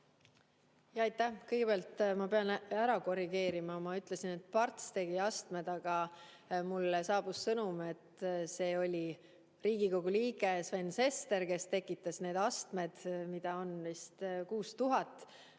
Aitäh! Kõigepealt ma pean ära korrigeerima ühe asja. Ma ütlesin, et Parts tegi astmed, aga mulle saabus sõnum, et see oli Riigikogu liige Sven Sester, kes tekitas need astmed, mida on vist 6000,